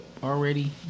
Already